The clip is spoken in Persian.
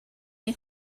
این